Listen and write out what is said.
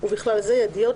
ובכלל זה: ידיות,